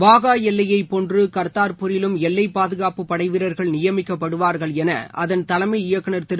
வாகா எல்லையை போன்று கர்தார்பூரிலும் எல்லைப் பாதுகாப்பு படை வீரர்கள் நியமிக்கப்படுவார்கள் என அதன் தலைமை இயக்குனர் திரு